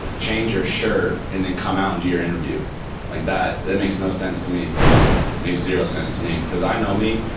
change your shirt and then come out and do your interview like that. that makes no sense to me. it makes zero sense to me because i know me,